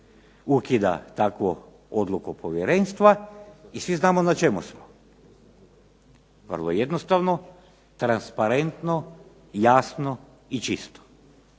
ukida takvu odluku povjerenstva i svi znamo na čemu smo. Vrlo jednostavno, transparentno, jasno i čisto.